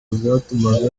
byatumaga